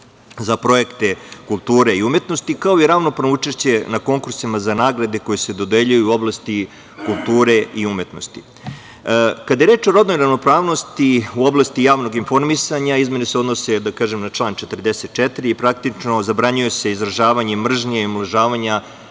za projekte kulture i umetnosti, kao i ravnopravno učešće na konkursima za nagrade koje se dodeljuju u oblasti kulture i umetnosti. Kada je reč o rodnoj ravnopravnosti u oblasti javnog informisanja, izmene se odnose na član 44. i praktično zabranjuje se izražavanje mržnje i omalovažavanja